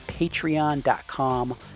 patreon.com